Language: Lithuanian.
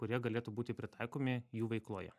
kurie galėtų būti pritaikomi jų veikloje